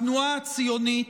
התנועה הציונית,